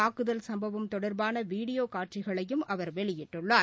தூக்குதல் சும்பவம் தொடர்பான வீடியோ காட்சிகளையும் அவர் வெளியிட்டுள்ளார்